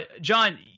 John